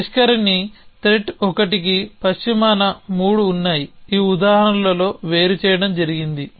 పరిష్కరిణి త్రెట్ ఒకటికి పశ్చిమాన మూడు ఉన్నాయి ఈ ఉదాహరణలో వేరుచేయడం జరిగింది